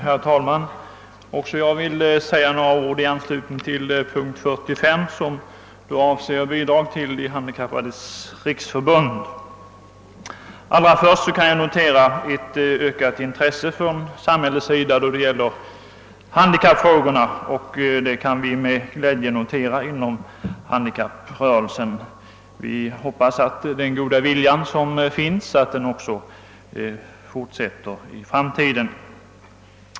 Herr talman! Också jag vill säga några ord i anslutning till punkt 45 som avser bidrag till De handikappades riksförbund. Allra först vill jag säga att vi inom handikapprörelsen med glädje noterar ett ökat intresse från samhällets sida för handikappfrågorna. Vi hoppas att den goda viljan skall bestå också i framtiden.